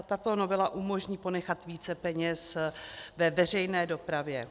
Tato novela umožní ponechat více peněz ve veřejné dopravě.